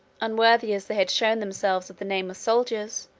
unworthy as they had shown themselves of the names of soldiers,